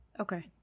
Okay